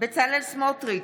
בצלאל סמוטריץ'